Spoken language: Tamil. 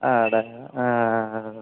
ஆ அட